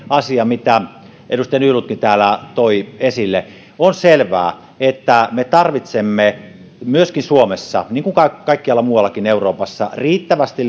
asia mitä edustaja nylundkin täällä toi esille on selvää että me tarvitsemme myöskin suomessa niin kuin kaikkialla muuallakin euroopassa riittävästi